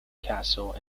castle